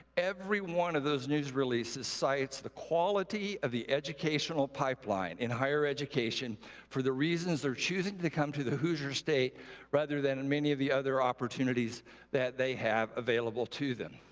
every one of those news releases cites the quality of the educational pipeline in higher education for the reasons they're choosing to come to the hoosier state rather than and many of the other opportunity that they have available to them.